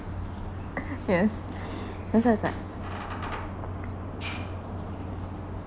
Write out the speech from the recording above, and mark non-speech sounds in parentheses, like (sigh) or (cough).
(laughs) yes (noise) that's why is like (noise)